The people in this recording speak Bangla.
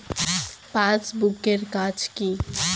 পাশবুক এর কাজ কি?